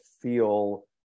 feel